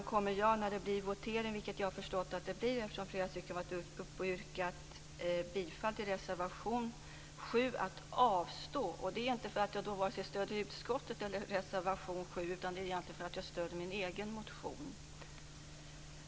Vid kommande votering - eftersom flera talare har yrkat bifall till reservation 7 utgår jag från att det blir votering - kommer jag att avstå från att rösta, inte därför att jag stöder utskottet eller reservationen utan därför att jag stöder min egen motion.